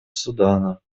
судана